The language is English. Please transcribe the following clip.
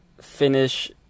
finish